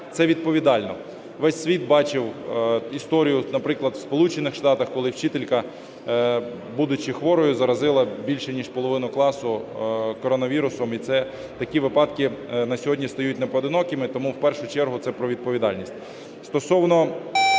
Це відповідально. Весь світ бачив історію, от, наприклад, у Сполучених Штатах, коли вчителька, будучи хворою, заразила більш ніж половину класу коронавірусом. І це такі випадки на сьогодні стають непоодинокими. Тому в першу чергу це про відповідальність.